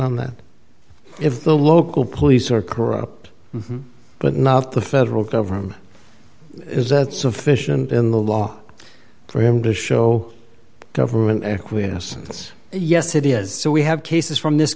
on that if the local police are corrupt but not the federal government is that sufficient in the law for him to show government acquiescence yes it is so we have cases from this